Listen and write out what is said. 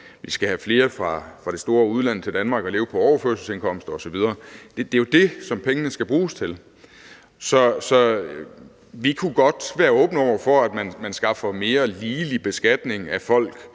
vi skal have flere fra det store udland til Danmark og leve på overførselsindkomster osv. Det er jo det, pengene skal bruges til. Vi kunne godt være åbne over for, at man skaffer en mere ligelig beskatning af folk